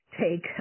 take